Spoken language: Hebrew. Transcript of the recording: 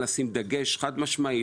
לשים דגש חד-משמעי,